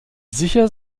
sicher